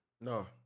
No